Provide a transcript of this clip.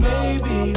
Baby